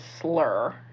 slur